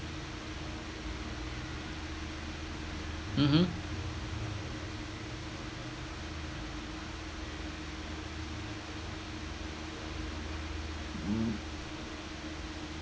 mmhmm mm